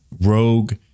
rogue